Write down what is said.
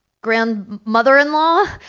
grandmother-in-law